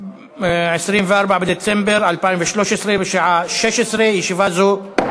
נמוכה), התשע"ד 2013, לוועדת העבודה,